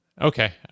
Okay